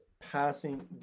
passing